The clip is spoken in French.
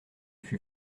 fût